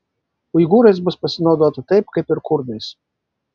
uigūrais bus pasinaudota taip kaip ir kurdais